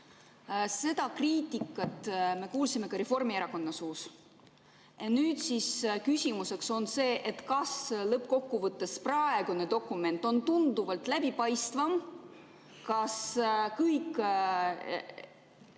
Seda kriitikat me kuulsime ka Reformierakonna suust. Küsimus on see, kas lõppkokkuvõttes praegune dokument on tunduvalt läbipaistvam, kas kõik